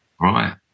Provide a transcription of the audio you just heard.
Right